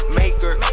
maker